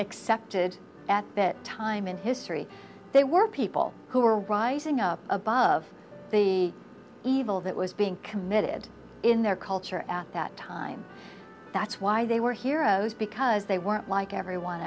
accepted at that time in history they were people who were rising up above the evil that was being committed in their culture at that time that's why they were heroes because they weren't like everyone